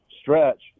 stretch